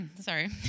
Sorry